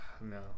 No